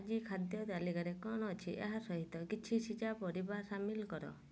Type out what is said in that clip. ଆଜି ଖାଦ୍ୟ ତାଲିକାରେ କ'ଣ ଅଛି ଏହା ସହିତ କିଛି ସିଝା ପରିବା ସାମିଲ କର